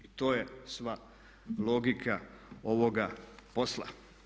I to je sva logika ovoga posla.